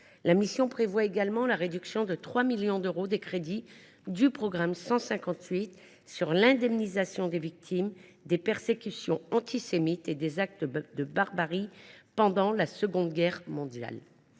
La mission prévoit également la réduction de 3 millions d’euros des crédits du programme 158 « Indemnisation des victimes des persécutions antisémites et des actes de barbarie pendant la Seconde Guerre mondiale